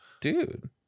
Dude